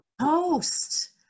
post